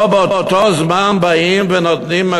באותו זמן באים ונותנים,